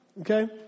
Okay